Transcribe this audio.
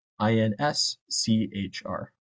INSCHR